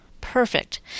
perfect